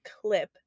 clip